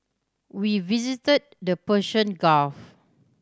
we visited the Persian Gulf